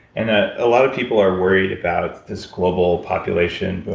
and ah a lot of people are worried about this global population